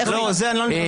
לא, לזה אני לא נכנס.